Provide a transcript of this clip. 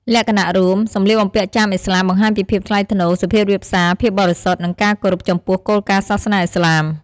លក្ខណៈរួម: សម្លៀកបំពាក់ចាមឥស្លាមបង្ហាញពីភាពថ្លៃថ្នូរ សុភាពរាបសារ ភាពបរិសុទ្ធ និងការគោរពចំពោះគោលការណ៍សាសនាឥស្លាម។